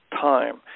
time